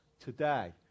today